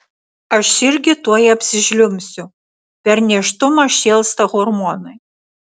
aš irgi tuoj apsižliumbsiu per nėštumą šėlsta hormonai